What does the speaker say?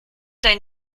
dein